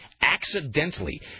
accidentally